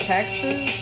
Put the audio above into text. Texas